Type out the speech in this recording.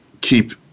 keep